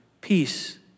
peace